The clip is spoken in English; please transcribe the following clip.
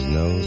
no